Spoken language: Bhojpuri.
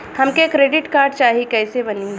हमके क्रेडिट कार्ड चाही कैसे बनी?